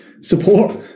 support